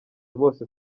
bose